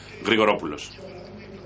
Grigoropoulos